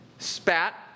spat